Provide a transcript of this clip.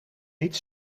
niet